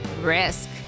risk